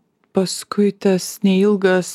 paskui tas neilgas